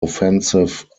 offensive